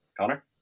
Connor